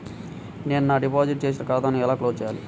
నేను నా డిపాజిట్ చేసిన ఖాతాను ఎలా క్లోజ్ చేయాలి?